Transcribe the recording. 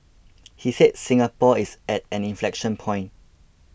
he said Singapore is at an inflection point